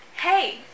Hey